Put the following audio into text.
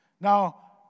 Now